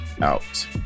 out